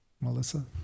Melissa